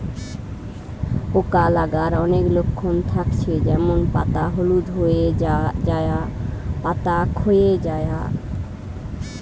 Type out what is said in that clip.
পোকা লাগার অনেক লক্ষণ থাকছে যেমন পাতা হলুদ হয়ে যায়া, পাতা খোয়ে যায়া